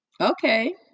Okay